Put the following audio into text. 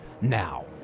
now